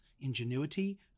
ingenuity